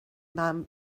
mam